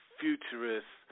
futurist